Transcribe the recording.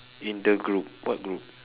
in the group what group